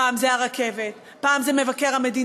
פעם זה הרכבת, פעם זה מבקר המדינה.